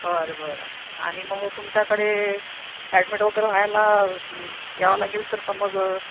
बरं बरं आणि मग तुमच्याकडे ॲडमिट वगैरे व्हायला यावं लागेल तर समज